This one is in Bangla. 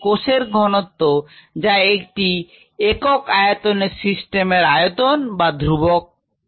কোষের ঘনত্ব যা এটি একক আয়তনে সিস্টেম বা ব্রথ এর আয়তন যা m হবে